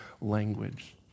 language